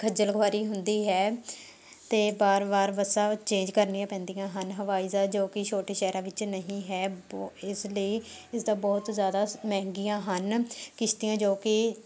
ਖੱਜਲ ਖੁਆਰੀ ਹੁੰਦੀ ਹੈ ਅਤੇ ਵਾਰ ਵਾਰ ਬੱਸਾਂ ਚੇਂਜ ਕਰਨੀਆਂ ਪੈਂਦੀਆ ਹਨ ਹਵਾਈ ਜਹਾਜ਼ ਜੋ ਕਿ ਛੋਟੇ ਸ਼ਹਿਰਾਂ ਵਿੱਚ ਨਹੀਂ ਹੈ ਇਸ ਲਈ ਇਸ ਦਾ ਬਹੁਤ ਜ਼ਿਆਦਾ ਮਹਿੰਗੀਆਂ ਹਨ ਕਿਸ਼ਤੀਆਂ ਜੋ ਕਿ